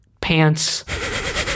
pants